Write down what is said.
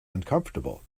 uncomfortable